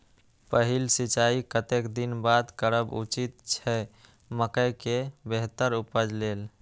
पहिल सिंचाई कतेक दिन बाद करब उचित छे मके के बेहतर उपज लेल?